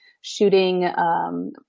shooting